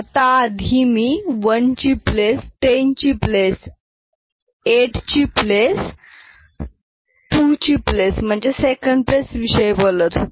आता आधी मी 1 ची प्लेस 10 ची प्लेस 8ची प्लेस 2ची प्लेस म्हणजे सेकंड प्लेस विषयी बोलत होते